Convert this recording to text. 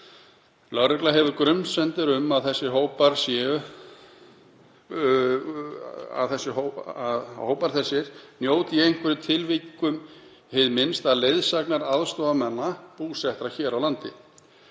Lögregla hefur grunsemdir um að hópar þessir njóti, í einhverjum tilvikum hið minnsta, leiðsagnar aðstoðarmanna búsettra hér á landi.